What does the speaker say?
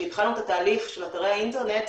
כשהתחלנו את התהליך של אתרי האינטרנט,